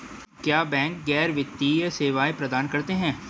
क्या बैंक गैर वित्तीय सेवाएं प्रदान करते हैं?